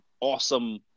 awesome